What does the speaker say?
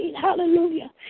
hallelujah